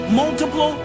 multiple